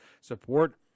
support